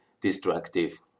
destructive